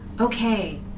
Okay